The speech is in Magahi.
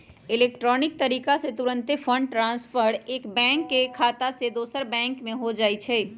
इलेक्ट्रॉनिक तरीका से तूरंते फंड ट्रांसफर एक बैंक के खता से दोसर में हो जाइ छइ